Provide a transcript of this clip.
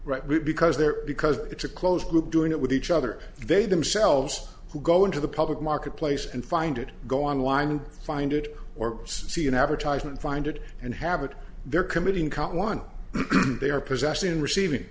rightly because they're because it's a close group doing it with each other they themselves who go into the public marketplace and find it go online and find it or see an advertisement find it and have it they're committing caught one there because actually in receiving